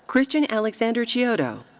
christian alexander chiodo.